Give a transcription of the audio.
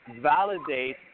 validate